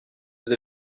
vous